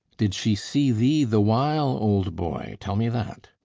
did she see thee the while, old boy? tell me that.